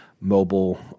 mobile